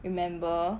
you remember